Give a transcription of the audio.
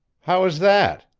how is that?